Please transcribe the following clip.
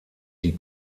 die